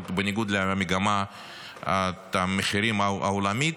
בניגוד למגמת המחירים העולמית,